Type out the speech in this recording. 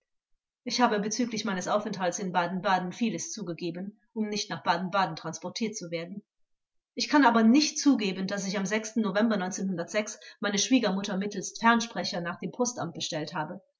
ich habe bezüglich meines aufenthalts in baden-baden vieles zugegeben um nicht nach baden-baden transportiert zu werden ich kann aber nicht zugeben daß ich am november meine schwiegermutter mittelst fernsprecher nach dem postamt bestellt habe